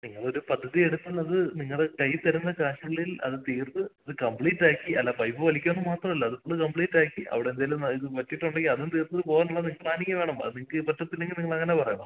നിങ്ങളൊരു പദ്ധതി എടുക്കുന്നത് നിങ്ങളുടെ കയ്യിൽ തരുന്ന കാശിനുള്ളിൽ അത് തീർത്ത് കമ്പ്ലീറ്റാക്കി അല്ല പൈപ്പ് വലിക്കുന്നത് മാത്രം അല്ല അത് കമ്പ്ലീറ്റാക്കി അവിടെ എന്തേലും ഇത് പറ്റിയിട്ടുണ്ടെങ്കിൽ അതും തീർത്ത് പോവാനുള്ള പ്ലാനിംഗ് വേണം അത് നിങ്ങൾക്ക് പറ്റത്തിലെങ്കിൽ നിങ്ങൾ അങ്ങനെ പറയണം